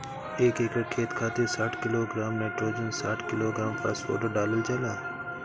एक एकड़ खेत खातिर साठ किलोग्राम नाइट्रोजन साठ किलोग्राम फास्फोरस डालल जाला?